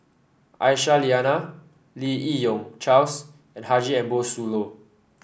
Aisyah Lyana Lim Yi Yong Charles and Haji Ambo Sooloh